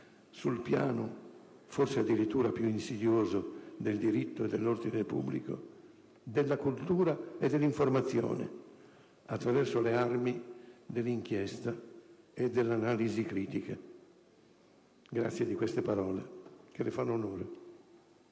sul piano - forse addirittura più insidioso del diritto e dell'ordine pubblico - della cultura e dell'informazione, attraverso le armi dell'inchiesta e dell'analisi critica. Grazie di queste parole, che le fanno onore!